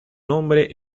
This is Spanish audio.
nombre